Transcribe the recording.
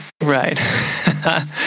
right